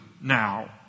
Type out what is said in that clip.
now